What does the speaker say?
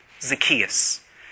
Zacchaeus